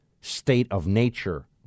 state-of-nature